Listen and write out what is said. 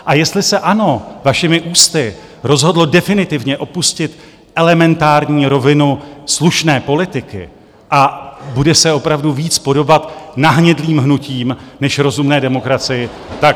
A jestli se ANO vašimi ústy rozhodlo definitivně opustit elementární rovinu slušné politiky a bude se opravdu víc podobat nahnědlým hnutím než rozumné demokracii, tak...